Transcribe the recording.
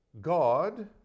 God